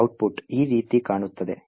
output ಈ ರೀತಿ ಕಾಣುತ್ತದೆ